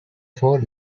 for